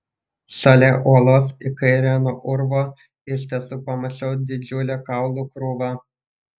šalia uolos į kairę nuo urvo iš tiesų pamačiau didžiulę kaulų krūvą